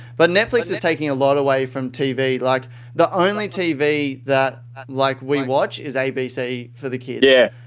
but netflix is taking a lot away from tv. like the only tv that like we watch is abc for the kids, yeah